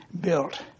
built